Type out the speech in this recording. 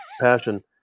passion